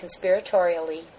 conspiratorially